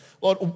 Lord